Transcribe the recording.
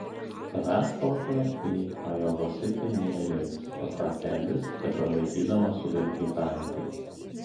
tavęs tokio į ajova sitį neįleis pasakė edis tebelaikydamas sudarkytą antį